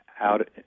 out